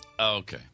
Okay